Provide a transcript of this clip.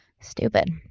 Stupid